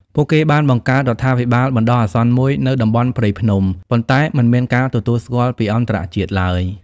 ពួកគេបានបង្កើតរដ្ឋាភិបាលបណ្ដោះអាសន្នមួយនៅតំបន់ព្រៃភ្នំ ប៉ុន្តែមិនមានការទទួលស្គាល់ពីអន្តរជាតិឡើយ។